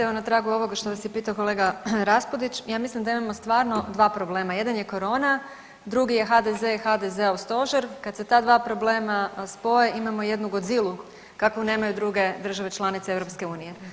Evo na tragu ovoga što vas je pitao kolega Raspudić ja mislim da imamo stvarno dva problema, jedan je korona, drugi je HDZ i HDZ-ov stožer kad se ta dva problema spoje imamo jednu Godzilu kakvu nemaju druge države članice EU.